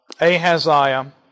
Ahaziah